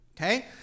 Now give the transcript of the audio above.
okay